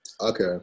Okay